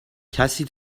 کسی